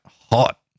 Hot